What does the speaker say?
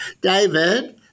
David